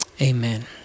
Amen